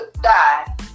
die